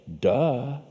Duh